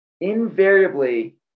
invariably